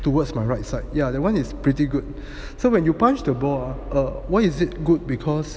towards my right side ya that one is pretty good so when you punch the ball ah eh why is it good because